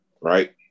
right